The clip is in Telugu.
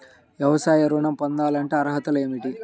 వ్యవసాయ ఋణం పొందాలంటే అర్హతలు ఏమిటి?